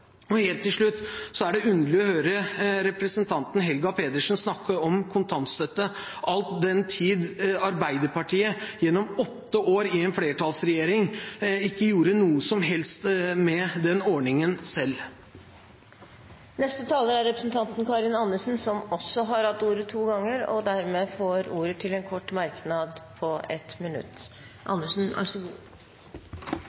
Helt til slutt: Det er underlig å høre representanten Helga Pedersen snakke om kontantstøtte, all den tid Arbeiderpartiet gjennom åtte år i en flertallsregjering ikke gjorde noe som helst med den ordningen selv. Representanten Karin Andersen har hatt ordet to ganger tidligere og får ordet til en kort merknad, begrenset til 1 minutt.